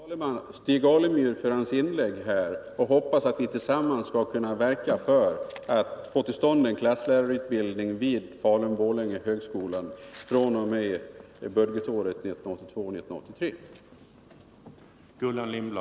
Herr talman! Jag vill tacka Stig Alemyr för hans inlägg och hoppas att vi tillsammans skall kunna verka för att få till stånd en klasslärarutbildning vid Falun 83.